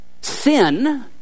sin